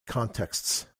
contexts